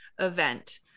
event